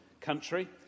country